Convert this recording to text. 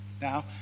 Now